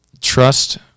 trust